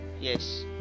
Yes